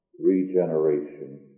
regeneration